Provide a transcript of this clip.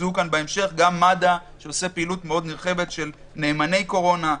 ויוצגו כאן בהמשך: גם מד"א שעושה פעילות נרחבת מאוד של "נאמני קורונה",